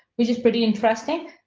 which is pretty interesting.